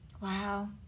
Wow